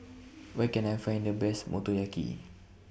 Where Can I Find The Best Motoyaki